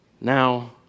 now